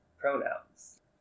Pronouns